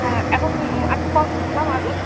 হ্যাঁ এখন আজ কত দাম আলু